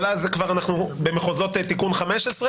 אבל אז זה כבר אנחנו במחוזות תיקון 15,